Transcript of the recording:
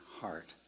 heart